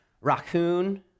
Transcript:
raccoon